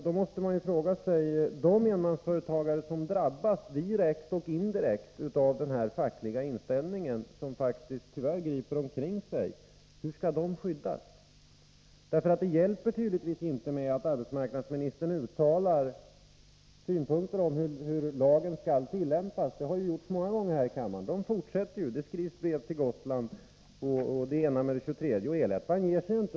Då måste man fråga sig: Hur skall de enmansföretagare som drabbas direkt och indirekt av den här fackliga inställningen, som tyvärr griper omkring sig, skyddas? Det hjälper tydligen inte att arbetsmarknadsministern uttalar synpunkter på hur lagen skall tillämpas. Det har gjorts många gånger här i kammaren. De fortsätter. Det skrivs brev till Gotland och det ena med det tjugotredje. El-ettan ger sig ju inte.